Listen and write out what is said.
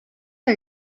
are